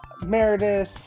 Meredith